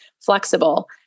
flexible